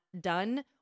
done